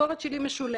המשכורת שלי משולמת,